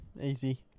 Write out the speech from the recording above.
Easy